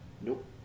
Nope